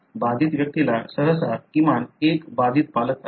बाधित व्यक्तीला सहसा किमान एक बाधित पालक असतो